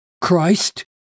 Christ